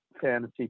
fantasy